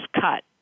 cut